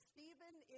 Stephen